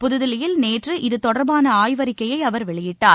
புதுதில்லியில் நேற்று இதுதொடர்பான ஆய்வறிக்கையை அவர் வெளியிட்டார்